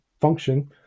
function